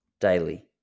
daily